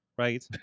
right